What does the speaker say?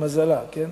למזלה, כן?